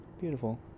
Beautiful